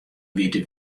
wite